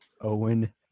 Owen